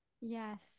Yes